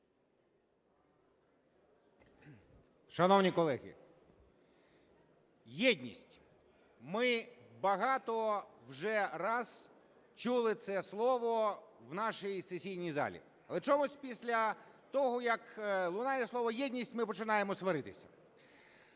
Шановні колеги, єдність, ми багато вже раз чули це слово в нашій сесійній залі, але чомусь після того, як лунає слово "єдність", ми починаємо сваритися.